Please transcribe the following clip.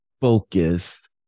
focused